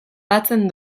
batzen